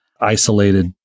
isolated